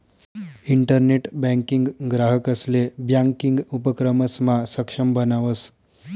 internet banking ग्राहकंसले banking उपक्रमसमा सक्षम बनावस